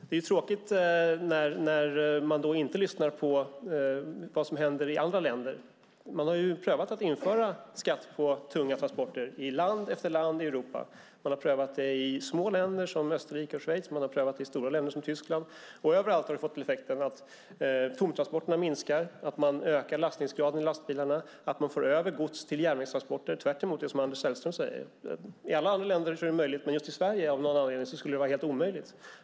Det är tråkigt när man då inte lyssnar på vad som händer i andra länder. Man har ju prövat att införa skatt på tunga transporter i land efter land i Europa. Man har prövat det i små länder som Österrike och Schweiz, och man har prövat det i stora länder som Tyskland. Överallt har det fått effekten att tomtransporterna minskar, att man ökar lastningsgraden i lastbilarna och att man för över gods till järnvägstransporter - tvärtemot vad Anders Sellström säger. I alla andra länder är det möjligt, men just i Sverige skulle det av någon anledning vara helt omöjligt.